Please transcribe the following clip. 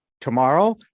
tomorrow